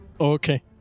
Okay